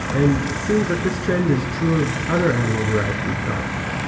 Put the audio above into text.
and it seems that this trend is true of other animal-derived food products